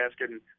asking